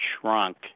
shrunk